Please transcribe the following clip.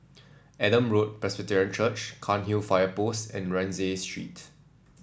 Adam Road Presbyterian Church Cairnhill Fire Post and Rienzi Street